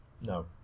no